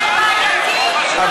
אמרתי שההסכם בעייתי וצריך לתת לו סיכוי.